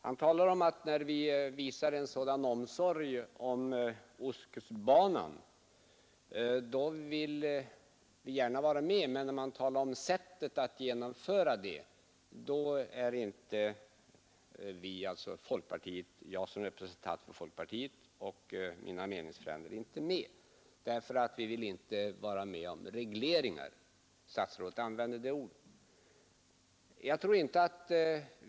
Han talar om att när man visar en sådan omsorg om ostkustbanan vill vi gärna vara med, men när man talar om sättet att genomföra åtgärderna är inte jag som representant för folkpartiet och mina meningsfränder med, eftersom vi inte vill vara med om regleringar — statsrådet använde det ordet.